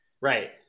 right